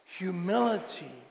Humility